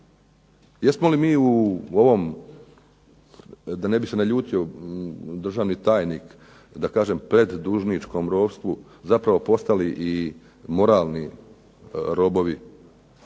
Jesmo li mi u ovom da se ne bi naljutio državni tajnik, da kažem preddužničkom ropstvu zapravo postali moralni robovi